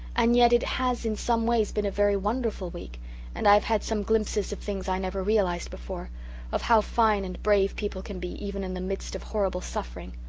and yet it has in some ways been a very wonderful week and i have had some glimpses of things i never realized before of how fine and brave people can be even in the midst of horrible suffering.